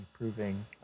improving